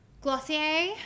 Glossier